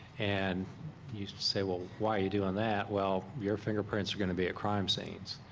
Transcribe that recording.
and you say well why you doing that? well your fingerprints are gonna be at crime scenes,